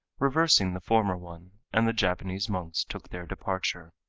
reversing the former one, and the japanese monks took their departure.